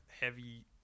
heavy